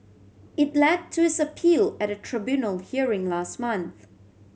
it led to his appeal at a tribunal hearing last month